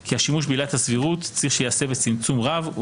כי השימוש בעילת הסבירות צריך שייעשה בצמצום רב,